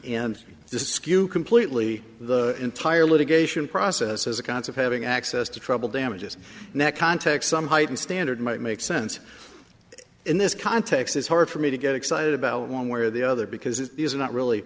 to skew completely the entire litigation process as a concept having access to treble damages and that context some heightened standard might make sense in this context is hard for me to get excited about one way or the other because these are not really